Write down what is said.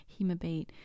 Hemabate